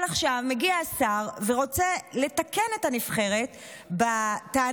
אבל עכשיו מגיע השר ורוצה לתקן את הנבחרת בטענה